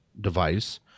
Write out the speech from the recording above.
device